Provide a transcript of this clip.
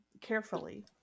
carefully